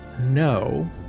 No